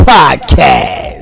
Podcast